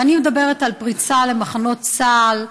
ואני מדברת על פריצה למחנות צה"ל,